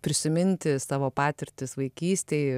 prisiminti savo patirtis vaikystėj